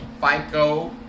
FICO